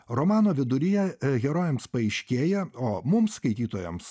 romano viduryje herojams paaiškėja o mums skaitytojams